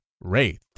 wraith